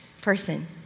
person